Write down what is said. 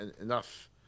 enough